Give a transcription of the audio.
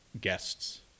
guests